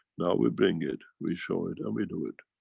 now we're bringing it, we show it, and we do it.